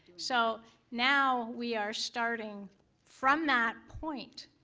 so now we are starting from that point.